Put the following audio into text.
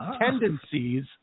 tendencies